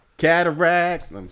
cataracts